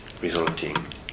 resulting